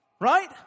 Right